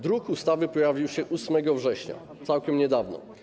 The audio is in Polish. Druk ustawy pojawił się 8 września, całkiem niedawno.